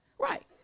Right